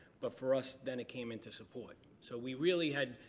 but for us then it came into support. so we really had,